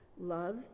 Love